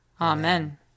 Amen